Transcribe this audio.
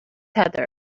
heather